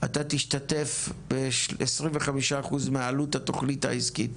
ואתה תשתתף ב-25% מעלות התכנית העסקית".